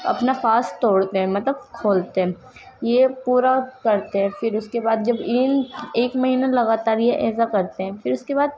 اپنا فاسٹ توڑتے ہیں مطلب کھولتے ہیں یہ پورا کرتے ہیں پھر اس کے بعد جب ایک مہینہ لگاتار یہ ایسا کرتے ہیں پھر اس کے بعد